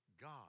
God